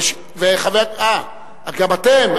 אה, גם אתם?